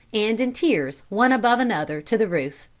and in tiers one above another, to the roof.